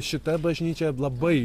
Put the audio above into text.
šita bažnyčia labai